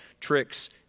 tricks